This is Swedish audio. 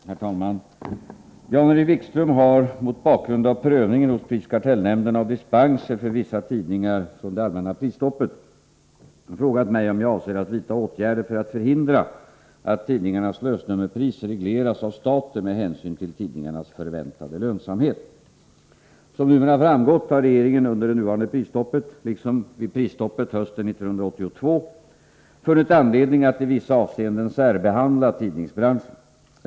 Herr talman! Jan-Erik Wikström har — mot bakgrund av prövningen hos prisoch kartellnämnden av dispenser för vissa tidningar från det allmänna prisstoppet — frågat mig om jag avser att vidta åtgärder för att förhindra att tidningarnas lösnummerpris regleras av staten med hänsyn till tidningarnas förväntade lönsamhet. Som numera framgått har regeringen under det nuvarande prisstoppet, liksom vid prisstoppet hösten 1982, funnit anledning att i vissa avseenden särbehandla tidningsbranschen.